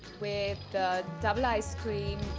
with double ice-cream.